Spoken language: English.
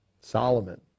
Solomon